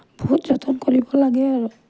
বহুত যতন কৰিব লাগে আৰু